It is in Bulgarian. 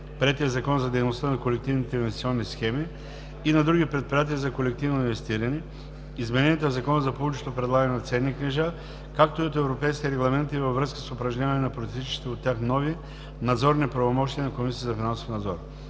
приетият Закон за дейността на колективните инвестиционни схеми и на други предприятия за колективно инвестиране, измененията в Закона за публичното предлагане на ценни книжа, както и от европейските регламенти във връзка с упражняване на произтичащите от тях нови надзорни правомощия на Комисията за финансов надзор.